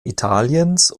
italiens